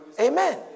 Amen